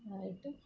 ആയിട്ട്